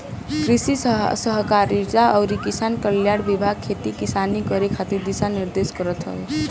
कृषि सहकारिता अउरी किसान कल्याण विभाग खेती किसानी करे खातिर दिशा निर्देश देत हवे